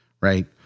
right